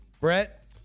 Brett